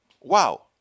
Wow